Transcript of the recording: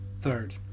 Third